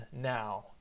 now